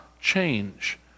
change